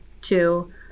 two